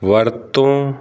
ਵਰਤੋਂ